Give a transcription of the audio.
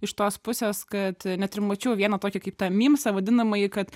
iš tos pusės kad net ir mačiau vieną tokį kaip tą mymsą vadinamąjį kad